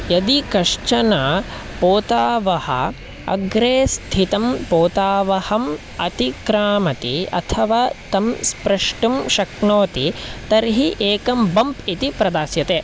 यदि कश्चन पोतवाहः अग्रे स्थितं पोतवाहम् अतिक्रामति अथवा तं स्प्रष्टुं शक्नोति तर्हि एकं बम्प् इति प्रदास्यते